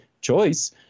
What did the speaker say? Choice